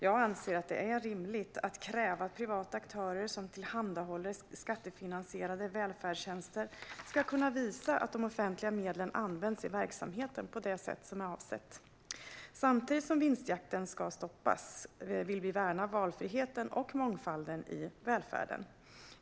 Jag anser att det är rimligt att kräva att privata aktörer som tillhandahåller skattefinansierade välfärdstjänster ska kunna visa att de offentliga medlen används i verksamheten på det sätt som är avsett. Samtidigt som vinstjakten ska stoppas vill vi värna valfriheten och mångfalden i välfärden.